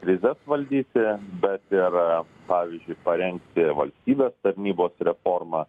krizes valdyti bet ir pavyzdžiui parengti valstybės tarnybos reformą